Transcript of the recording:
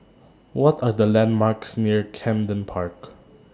What Are The landmarks near Camden Park